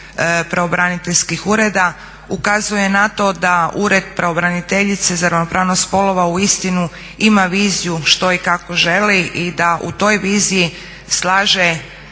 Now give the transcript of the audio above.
pravobraniteljskih ureda ukazuje na to da Ured pravobraniteljice za ravnopravnost spolova uistinu ima viziju što i kako želi i da u toj viziji slaže